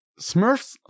Smurfs